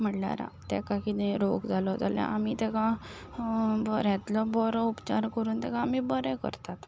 म्हणल्यार ताका कितें रोग जालो जाल्यार आमी ताका बऱ्यांतलो बरो उपचार करून ताका आमी ताका बरो करतात